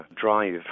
drive